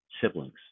siblings